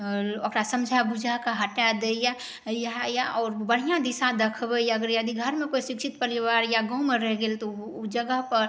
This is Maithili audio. ओकरा समझा बुझाके हटा दैयै आओर बढ़िऑं दिशा देखबैए अगर यदि घरमे कोइ शिक्षित पलिवार या गाँवमे रहि गेल तऽ ओ जगह पर